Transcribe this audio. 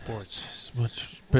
Sports